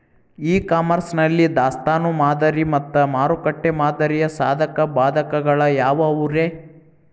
E commerce ನಲ್ಲಿ ದಾಸ್ತಾನು ಮಾದರಿ ಮತ್ತ ಮಾರುಕಟ್ಟೆ ಮಾದರಿಯ ಸಾಧಕ ಬಾಧಕಗಳ ಯಾವವುರೇ?